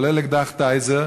כולל אקדח "טייזר",